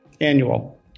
Annual